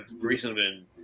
recently